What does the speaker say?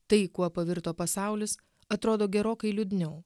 tai kuo pavirto pasaulis atrodo gerokai liūdniau